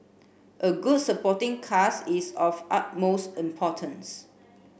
a good supporting cast is of utmost importance